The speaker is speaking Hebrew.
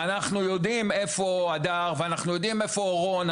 אנחנו יודעים איפה הדר ואנחנו יודעים איפה אורון,